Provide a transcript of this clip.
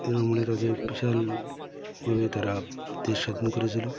তাদের বিশাল ভাবে তারা দেশ স্বাধীন করেছিল